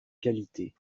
qualité